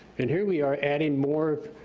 and here we are, adding more,